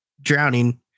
drowning